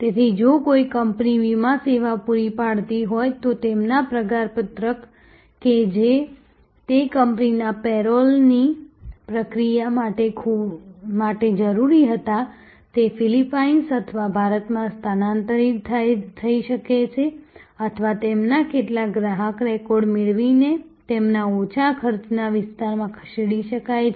તેથી જો કોઈ કંપની વીમા સેવા પૂરી પાડતી હોય તો તેમના પગારપત્રક કે જે તે કંપનીના પેરોલની પ્રક્રિયા માટે જરૂરી હતા તે ફિલિપાઈન્સ અથવા ભારતમાં સ્થાનાંતરિત થઈ શકે છે અથવા તેમના કેટલાક ગ્રાહક રેકોર્ડ મેળવીને તેમના ઓછા ખર્ચના વિસ્તારમાં ખસેડી શકાય છે